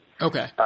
Okay